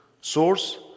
source